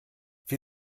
für